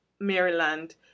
Maryland